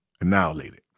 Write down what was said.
annihilated